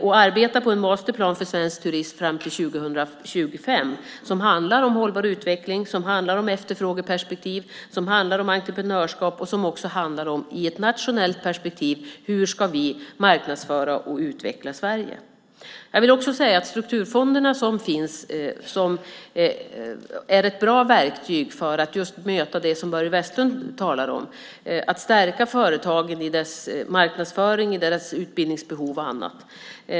Vi arbetar på en Master Plan för svensk turism fram till år 2025 som handlar om hållbar utveckling, om efterfrågeperspektiv, om entreprenörskap och om hur vi i ett nationellt perspektiv ska marknadsföra och utveckla Sverige. Jag vill också säga att de strukturfonder som finns är ett bra verktyg för att just möta det som Börje Vestlund talar om, alltså för att stärka företagen i deras marknadsföring och i fråga om deras utbildningsbehov och annat.